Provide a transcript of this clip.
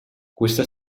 questa